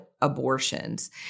abortions